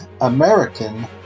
American